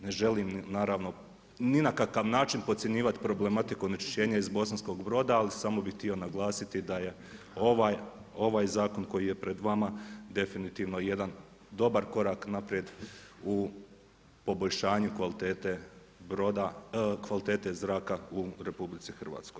Ne želim, naravno ni na kakav način podcjenjivat problematiku onečišćenje iz Bosanskog Broda, ali samo bih htio naglasiti da je ovaj zakon koji je pred vama definitivno jedan dobar korak naprijed u poboljšanju kvalitete zraka u RH.